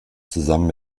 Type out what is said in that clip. zusammen